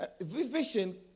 vision